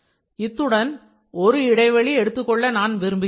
இத்துடன் ஒரு இடைவெளி எடுத்துக் கொள்ள நான் விரும்புகிறேன்